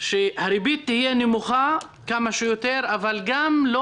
ושהריבית תהיה נמוכה כמה שיותר וגם לא